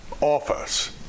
office